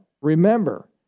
remember